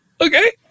Okay